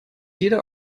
jeder